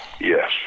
Yes